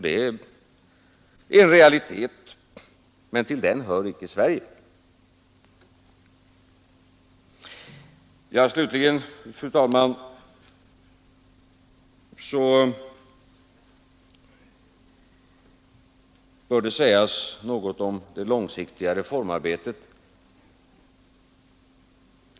Det är en realitet, men till den gemenskapen hör inte Sverige. Slutligen, fru talman, bör det sägas något om det långsiktiga reformarbetet.